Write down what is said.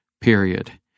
period